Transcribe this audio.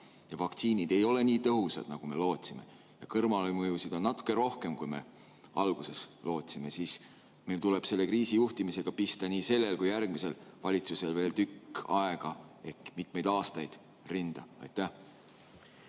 ja vaktsiinid ei ole nii tõhusad, nagu me lootsime, ja kõrvalmõjusid on natuke rohkem, kui me alguses [eeldasime], siis meil tuleb selle kriisi juhtimisega pista rinda nii sellel kui ka järgmisel valitsusel veel tükk aega ehk mitmeid aastaid. Tänan,